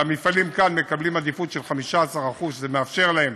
והמפעלים כאן מקבלים עדיפות של 15%, שזה מאפשר להם